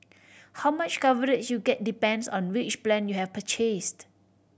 how much coverage you get depends on which plan you have purchased